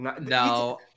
No